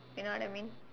you know what I mean